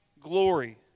glory